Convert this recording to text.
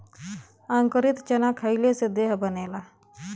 अंकुरित चना खईले से देह बनेला